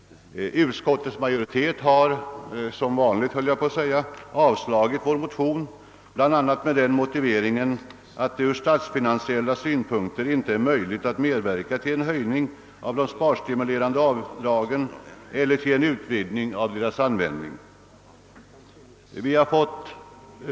Utskottets majoritet har — som vanligt höll jag på att säga — avslagit vår motion, bl.a. med den motiveringen att det från statsfinansiella synpunkter inte är möjligt att medverka till en höjning av de sparstimulerande avdragen eller till en utvidgning av deras användning.